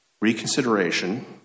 reconsideration